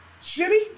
shitty